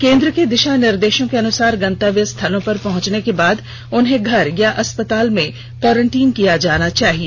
केंद्र के दिशा निर्देशों के अनुसार गंतव्य स्थलों पर पहुंचने के बाद उन्हें घर या अस्पताल में क्वारेंटीन किया जाना चाहिए